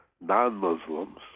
non-Muslims